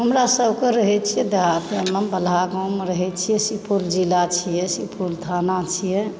हमरा सभके रहय छियै देहातमे बलहा गाँवमे रहय छियै सुपौल जिला छियै सुखपुर थाना छियै